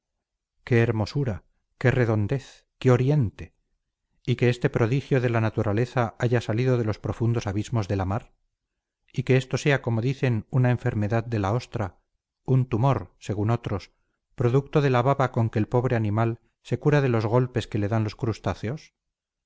qué hermosura qué redondez qué oriente y que este prodigio de la naturaleza haya salido de los profundos abismos de la mar y que esto sea como dicen una enfermedad de la ostra un tumor según otros producto de la baba con que el pobre animal se cura de los golpes que le dan los crustáceos